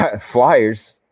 Flyers